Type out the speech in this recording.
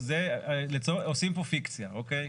עושים פה פיקציה, אוקי?